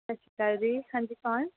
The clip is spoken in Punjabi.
ਸਤਿ ਸ਼੍ਰੀ ਅਕਾਲ ਜੀ ਹਾਂਜੀ ਕੌਣ